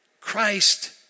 Christ